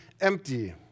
empty